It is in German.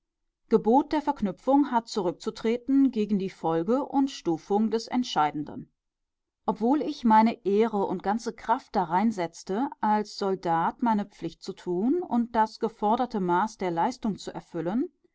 gebot der verknüpfung hat zurückzutreten gegen die folge und stufung des entscheidenden obwohl ich meine ehre und ganze kraft darein setzte als soldat meine pflicht zu tun und das geforderte maß der leistung zu erfüllen